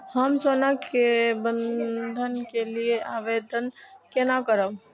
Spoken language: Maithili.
हम सोना के बंधन के लियै आवेदन केना करब?